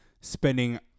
spending